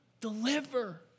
deliver